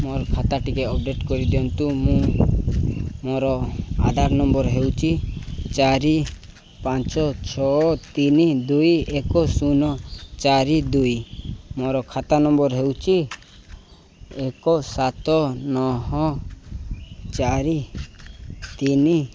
ମୋର ଖାତା ଟିକେ ଅପଡେଟ୍ କରିଦିଅନ୍ତୁ ମୁଁ ମୋର ଆଧାର ନମ୍ବର ହେଉଛି ଚାରି ପାଞ୍ଚ ଛଅ ତିନି ଦୁଇ ଏକ ଶୂନ ଚାରି ଦୁଇ ମୋର ଖାତା ନମ୍ବର ହେଉଛି ଏକ ସାତ ନଅ ଚାରି ତିନି